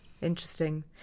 interesting